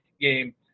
game